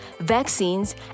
vaccines